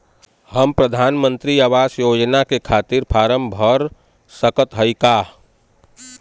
हम प्रधान मंत्री आवास योजना के खातिर फारम भर सकत हयी का?